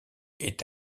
est